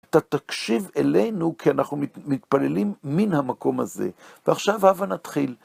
תקשיב אלינו, כי אנחנו מתפללים מן המקום הזה, ועכשיו הבא נתחיל.